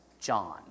John